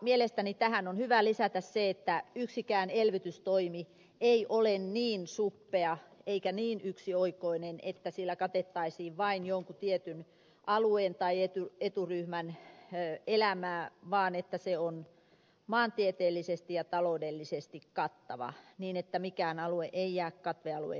mielestäni tähän on hyvä lisätä se että yksikään elvytystoimi ei ole niin suppea eikä niin yksioikoinen että sillä katettaisiin vain jonkun tietyn alueen tai eturyhmän elämää vaan että se on maantieteellisesti ja taloudellisesti kattava niin että mikään alue ei jää katveeseen